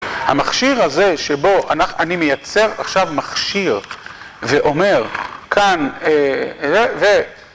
המכשיר הזה שבו אני מייצר עכשיו מכשיר ואומר כאן